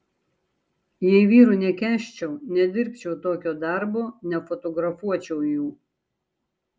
jei vyrų nekęsčiau nedirbčiau tokio darbo nefotografuočiau jų